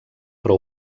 però